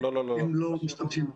הם לא משתמשים.